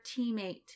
teammate